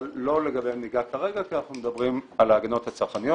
אבל לא בהם ניגע כרגע כי אנחנו מדברים על ההגנות הצרכניות